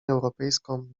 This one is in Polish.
europejską